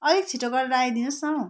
अलिक छिटो गरेर आइदिनुहोस् न हौ